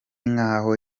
nk’aho